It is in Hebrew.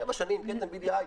שבע שנים DBI,